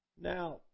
Now